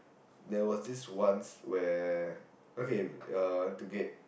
there was this once where okay uh to get